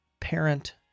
Parent